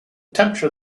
temperature